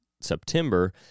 September